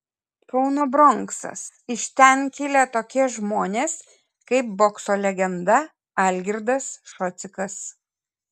kauno bronksas iš ten kilę tokie žmonės kaip bokso legenda algirdas šocikas